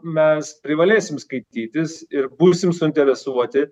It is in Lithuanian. mes privalėsim skaitytis ir būsim suinteresuoti